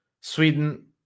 Sweden